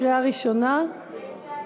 לקריאה ראשונה.